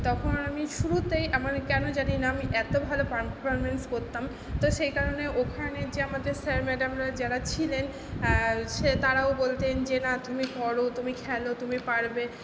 তখন আমি শুরুতেই আমার কেন জানি না আমি এত ভালো পারফর্মেন্স করতাম তো সেই কারণে ওখানে যে আমার যে স্যার ম্যাডামরা যারা ছিলেন সে তারাও বলতেন যে না তুমি করো তুমি খেলো তুমি পারবে